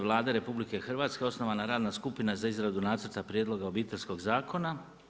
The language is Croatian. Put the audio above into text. Vlade RH osnovana radna skupina za izradu nacrta prijedloga Obiteljskog zakona.